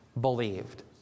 believed